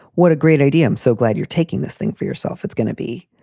what a great idea. i'm so glad you're taking this thing for yourself. it's going to be,